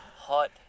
hot